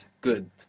Good